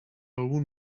algun